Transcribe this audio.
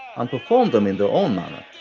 and perform them in their own manner,